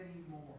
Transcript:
anymore